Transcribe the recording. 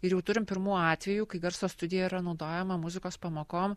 ir jau turim pirmu atveju kai garso studija yra naudojama muzikos pamokom